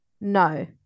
no